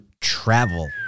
travel